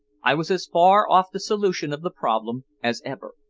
i was as far off the solution of the problem as ever.